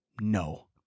no